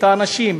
את האנשים,